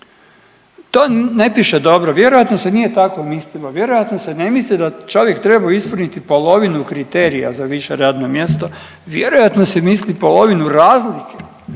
To ne piše dobro, vjerojatno se nije tako mislilo, vjerojatno se ne misli da čovjek treba ispuniti polovinu kriterija za više radno mjesto, vjerojatno se misli polovinu različitosti